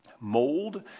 mold